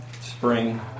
spring